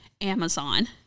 Amazon